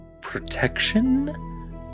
protection